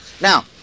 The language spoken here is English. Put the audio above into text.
Now